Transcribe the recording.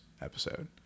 episode